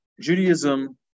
Judaism